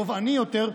תובעני יותר,